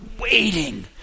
waiting